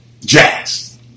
jazz